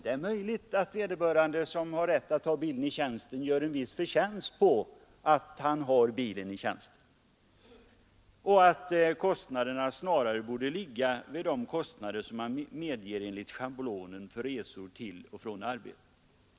Det är möjligt att den som har rätt till bil i tjänsten gör en viss förtjänst på detta och att kostnaderna snarare borde ligga vid de kostnader som medges enligt schablon för resor till och från arbetet.